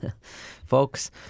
folks